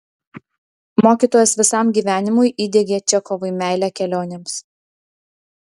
mokytojas visam gyvenimui įdiegė čechovui meilę kelionėms